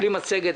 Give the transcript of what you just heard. בלי מצגת,